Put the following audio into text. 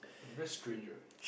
very strange right